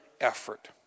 effort